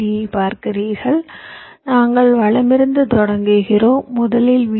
டியைப் பார்க்கிறீர்கள் நாங்கள் வலமிருந்து தொடங்குகிறோம் முதலில் வி